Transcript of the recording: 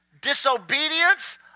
disobedience